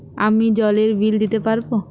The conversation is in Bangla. আমি জলের বিল দিতে পারবো?